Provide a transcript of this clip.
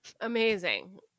Amazing